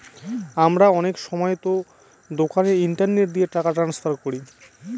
আমরা অনেক সময়তো দোকানে ইন্টারনেট দিয়ে টাকা ট্রান্সফার করি